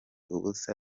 ubusa